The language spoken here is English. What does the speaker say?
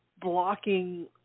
blocking